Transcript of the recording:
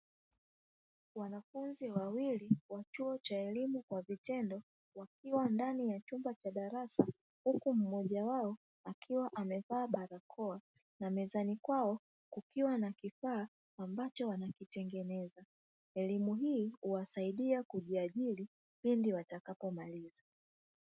Wanafunzi wawili wa chuo cha elimu kwa vitendo wakiwa ndani ya chumba cha darasa huku mmoja wao akiwa amevaa barakoa. Mezani mwao kukiwa na kifaa ambacho wanakitengeneza. Elimu hii huwasaidia kujiajiri pindi watakapomaliza.